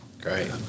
Great